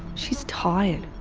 she's tired.